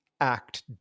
act